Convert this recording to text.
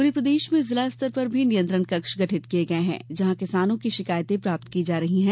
पूरे प्रदेश में जिला स्तर पर भी नियंत्रण कक्ष गठित किये गये हैं जहाँ किसानों की शिकायतें प्राप्त की जा रही हैं